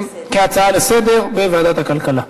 כהצעה לסדר-היום בוועדת הכלכלה.